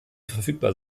verfügbar